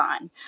on